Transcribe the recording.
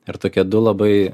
ir tokie du labai